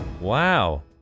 Wow